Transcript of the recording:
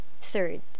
Third